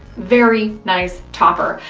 very nice topper.